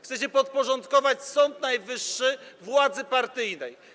Chcecie podporządkować Sąd Najwyższy władzy partyjnej.